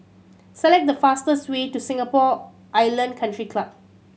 select the fastest way to Singapore Island Country Club